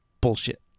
bullshit